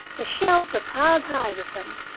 the shelves were piled high with them,